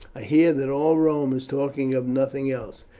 i hear that all rome is talking of nothing else.